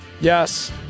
Yes